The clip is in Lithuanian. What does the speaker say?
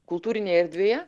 kultūrinėje erdvėje